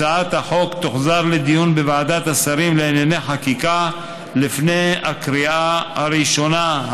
הצעת החוק תוחזר לדיון בוועדת השרים לענייני חקיקה לפני הקריאה הראשונה.